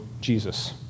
Jesus